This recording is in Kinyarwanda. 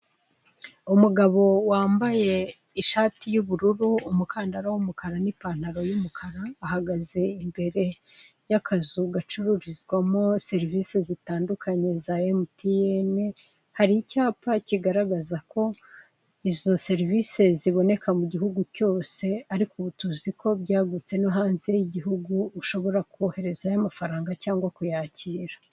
Umugabo wambaye ishati y'ubururu, umukandara w'umukara n'ipantaro y'umukara, ahagaze imbere y'akazu gacururizwamo serivisi zitandukanye za Emutiyene. Hari icyapa kigaragaza ko izo serivisi ziboneka mu gihugu cyose ariko ubu tuzi ko byagutse no hanze y'igihugu ushobora koherezayo amafaranga cyangwa kuyakira.